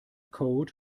code